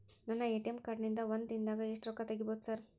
ನನ್ನ ATM card ನಿಂದಾ ಒಂದ್ ದಿಂದಾಗ ಎಷ್ಟ ರೊಕ್ಕಾ ತೆಗಿಬೋದು ಸಾರ್?